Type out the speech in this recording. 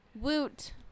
Woot